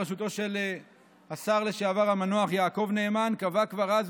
בראשותו של השר המנוח לשעבר יעקב נאמן קבעה כבר אז,